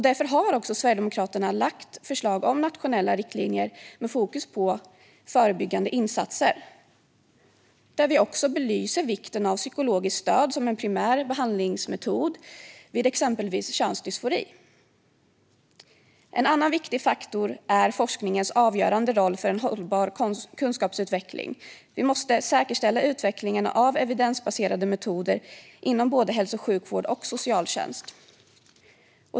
Därför har Sverigedemokraterna lagt förslag om nationella riktlinjer med fokus på förebyggande insatser där vi också belyser vikten av psykologiskt stöd som en primär behandlingsmetod vid exempelvis könsdysfori. En annan viktig faktor är forskningens avgörande roll för en hållbar kunskapsutveckling. Vi måste säkerställa utvecklingen av evidensbaserade metoder inom både hälso och sjukvård och socialtjänst.